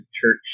church